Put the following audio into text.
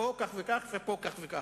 פה כך וכך, ופה כך וכך.